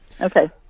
Okay